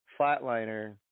flatliner